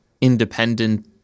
independent